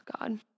God